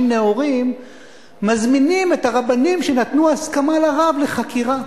נאורים מזמינים את הרבנים שנתנו הסכמה לרב לחקירה.